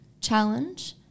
challenge